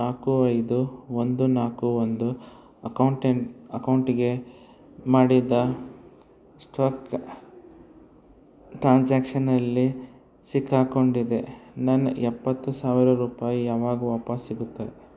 ನಾಲ್ಕು ಐದು ಒಂದು ನಾಲ್ಕು ಒಂದು ಅಕೌಂಟಿಂದ ಅಕೌಂಟಿಗೆ ಮಾಡಿದ ಸ್ಟ್ರಕ್ ಟಾಂಜಾಕ್ಷನ್ ಅಲ್ಲಿ ಸಿಕ್ಕಾಕೊಂಡಿದೆ ನನ್ನ ಎಪ್ಪತ್ತು ಸಾವಿರ ರೂಪಾಯಿ ಯಾವಾಗ ವಾಪಾಸ್ ಸಿಗುತ್ತವೆ